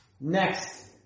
Next